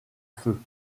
feu